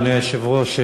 אדוני היושב-ראש,